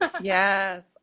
Yes